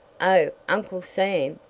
oh, uncle sam!